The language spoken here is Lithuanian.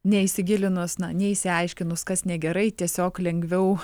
neįsigilinus na neišsiaiškinus kas negerai tiesiog lengviau